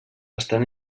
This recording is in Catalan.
estan